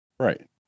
Right